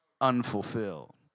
unfulfilled